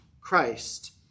Christ